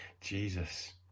jesus